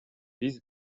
биз